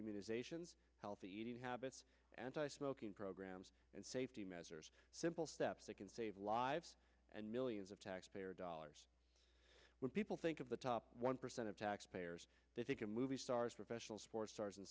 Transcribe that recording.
immunizations healthy eating habits anti smoking programs and safety measures simple steps that can save lives and millions of taxpayer dollars when people think of the top one percent of taxpayers they think of movie stars professional sports stars and